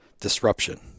disruption